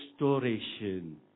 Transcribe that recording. restoration